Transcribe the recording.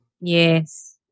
Yes